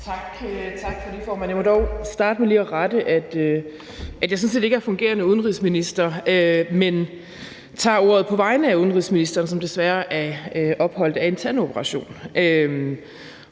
Tak for det, formand. Jeg vil dog starte med lige at komme med den rettelse, at jeg sådan set ikke er fungerende udenrigsminister, men tager ordet på vegne af udenrigsministeren, som desværre er opholdt af en tandoperation.